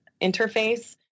interface